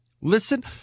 Listen